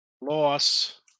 loss